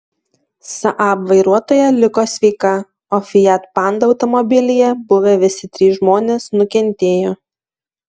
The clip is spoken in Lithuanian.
saab vairuotoja liko sveika o fiat panda automobilyje buvę visi trys žmonės nukentėjo